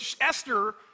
Esther